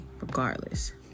regardless